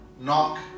Knock